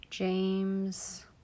James